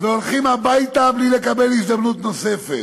והולכים הביתה בלי לקבל הזדמנות נוספות".